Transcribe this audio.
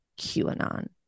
QAnon